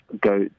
go